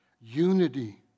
unity